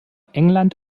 england